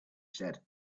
said